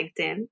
LinkedIn